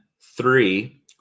three